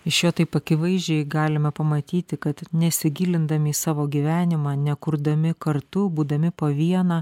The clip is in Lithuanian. iš jo taip akivaizdžiai galime pamatyti kad nesigilindami į savo gyvenimą nekurdami kartu būdami po vieną